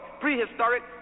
Prehistoric